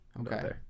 okay